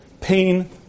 pain